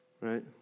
Right